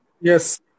Yes